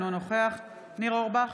אינו נוכח ניר אורבך,